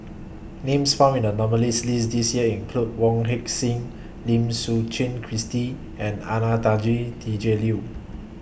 Names found in The nominees' list This Year include Wong Heck Sing Lim Suchen Christine and Anastasia Tjendri Liew